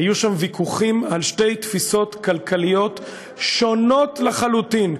היו שם ויכוחים על שתי תפיסות כלכליות שונות לחלוטין,